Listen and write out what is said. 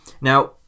Now